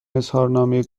اظهارنامه